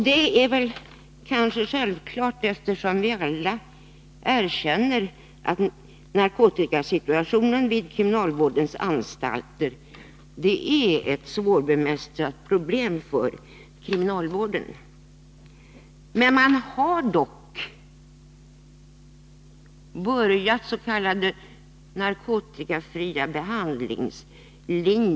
Det är kanske naturligt, eftersom vi alla erkänner att narkotikasituationen vid våra kriminalvårdsanstalter är ett svårbemästrat problem. Man har dock börjat med s.k. narkotikafria behandlingar.